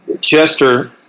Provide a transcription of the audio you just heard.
Chester